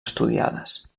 estudiades